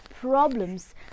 problems